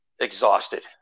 exhausted